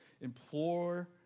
implore